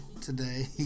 today